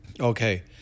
Okay